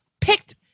picked